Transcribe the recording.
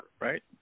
right –